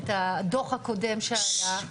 את הדוח הקודם שהיה,